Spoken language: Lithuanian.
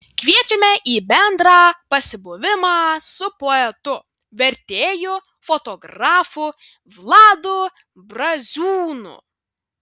kviečiame į bendrą pasibuvimą su poetu vertėju fotografu vladu braziūnu